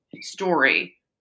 story